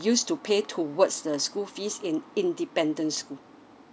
used to pay towards the school fees in independent school